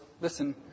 listen